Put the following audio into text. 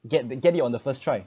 get get it on the first try